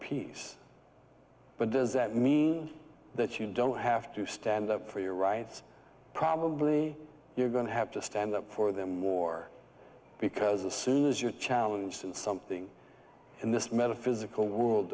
peace but does that mean that you don't have to stand up for your rights probably you're going to have to stand up for them more because a soon as you challenge that something in this metaphysical world